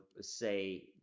say